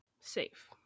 safe